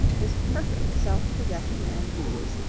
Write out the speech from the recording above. his perfect self-possession and ease,